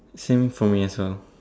same for me as well